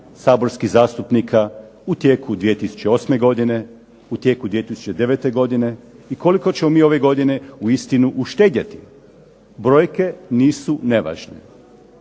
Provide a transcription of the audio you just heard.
saborskih zastupnika u tijeku 2008. godine, u tijeku 2009. godine i koliko ćemo mi ove godine uistinu uštedjeti. Brojke nisu nevažne.